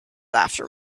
after